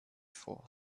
forth